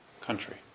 country